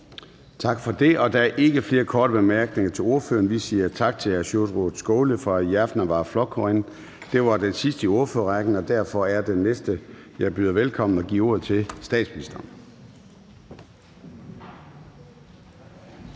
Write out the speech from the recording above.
Tak for det. Der er ikke flere korte bemærkninger til ordføreren. Vi siger tak til hr. Sjúrður Skaale fra Javnaðarflokkurin. Det var den sidste i ordførerrækken, og derfor er den næste, jeg byder velkommen og giver ordet til, statsministeren.